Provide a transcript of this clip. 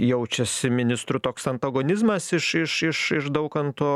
jaučiasi ministrų toks antagonizmas iš iš iš iš daukanto